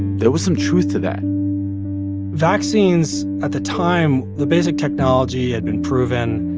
there was some truth to that vaccines at the time, the basic technology had been proven.